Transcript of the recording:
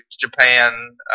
Japan